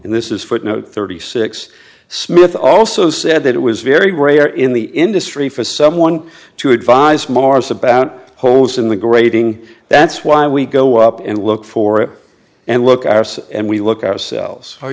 and this is footnote thirty six smith also said that it was very rare in the industry for someone to advise mars about holes in the grading that's why we go up and look for it and look at us and we look at ourselves are